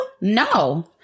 No